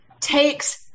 takes